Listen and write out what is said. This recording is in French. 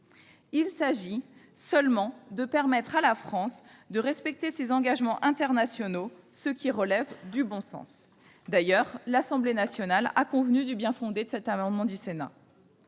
Il s'agit seulement de permettre à la France de respecter ses engagements internationaux, ce qui relève du bon sens. D'ailleurs, l'Assemblée nationale est convenue du bien-fondé de cet amendement du Sénat.